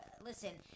listen